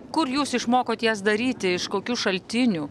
kur jūs išmokot jas daryti iš kokių šaltinių